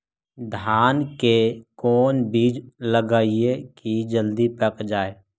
धान के कोन बिज लगईयै कि जल्दी पक जाए?